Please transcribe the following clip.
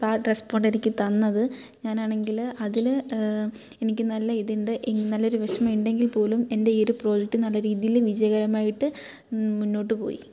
bad respond എനിക്ക് തന്നത് ഞാനാണെങ്കിൽ അതിൽ എനിക്ക് നല്ല ഇതിണ്ട് എനിക്ക് നല്ലൊരു വിഷമം ഉണ്ടെങ്കിൽ പോലും എൻ്റെ ഈ ഒരു പ്രോജക്റ്റ് നല്ല രീതിയിൽ വിജയകരമായിട്ട് മുന്നോട്ട് പോയി